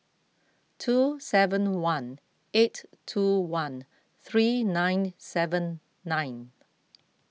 two seven one eight two one three nine seven nine